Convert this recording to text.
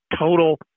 total